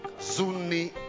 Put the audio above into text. Zuni